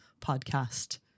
podcast